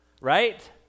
right